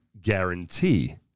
guarantee